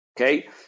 okay